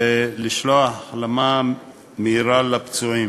ולשלוח איחולי החלמה מהירה לפצועים.